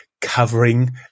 covering